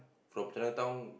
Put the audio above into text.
from Chinatown